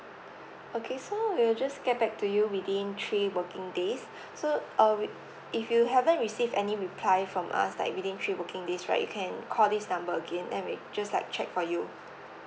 okay so we will just get back to you within three working days so uh we if you haven't receive any reply from us like within three working days right you can call this number again then we just like check for you